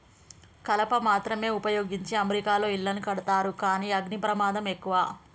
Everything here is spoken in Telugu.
కలప మాత్రమే వుపయోగించి అమెరికాలో ఇళ్లను కడతారు కానీ అగ్ని ప్రమాదం ఎక్కువ